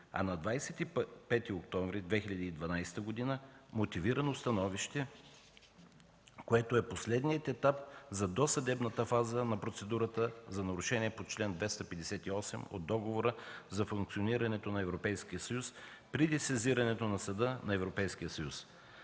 а на 25 октомври 2012 г. – мотивирано становище, което е последният етап за досъдебната фаза на процедурата за нарушение по чл. 258 от Договора за функционирането на Европейския съюз при лицензирането на Съда на Европейския съюз.